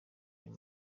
ayo